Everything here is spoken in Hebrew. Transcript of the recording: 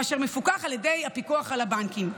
ואשר מפוקח על ידי הפיקוח על הבנקים.